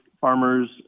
farmers